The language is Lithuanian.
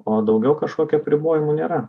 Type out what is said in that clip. o daugiau kaškokių apribojimų nėra